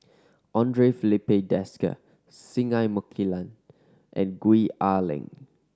Andre Filipe Desker Singai Mukilan and Gwee Ah Leng